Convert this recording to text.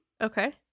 Okay